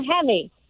heavy